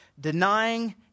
denying